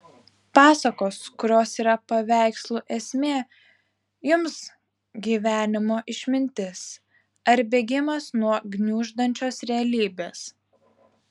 pasakos kurios yra paveikslų esmė jums gyvenimo išmintis ar bėgimas nuo gniuždančios realybės